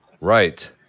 Right